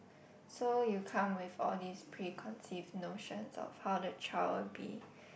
so you come with all these pre conceive notions of how the child would be